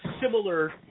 similar